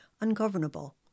ungovernable